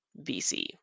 BC